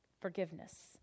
forgiveness